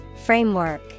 Framework